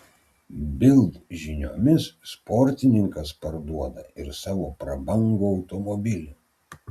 bild žiniomis sportininkas parduoda ir savo prabangų automobilį